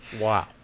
Wow